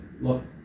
look